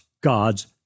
God's